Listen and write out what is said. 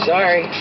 Sorry